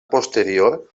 posterior